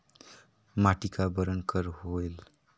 माटी का बरन कर होयल?